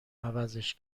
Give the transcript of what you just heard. عوضش